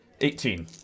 eighteen